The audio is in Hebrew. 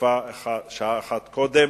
שיפה שעה אחת קודם,